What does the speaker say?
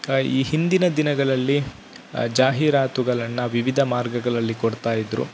ಈ ಹಿಂದಿನ ದಿನಗಳಲ್ಲಿ ಜಾಹೀರಾತುಗಳನ್ನು ವಿವಿಧ ಮಾರ್ಗಗಳಲ್ಲಿ ಕೊಡ್ತಾಯಿದ್ದರು